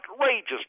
outrageous